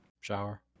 shower